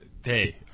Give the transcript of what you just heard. day